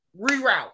Reroute